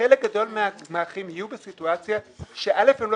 חלק גדול מהגמ"חים יהיו בסיטואציה שהם לא